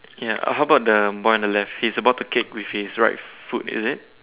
ya how about the boy on the left he is about to kick with his right foot is it